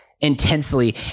intensely